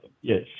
yes